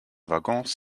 waggons